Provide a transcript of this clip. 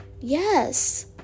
yes